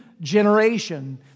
generation